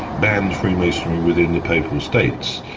banned freemasonry within the papal states,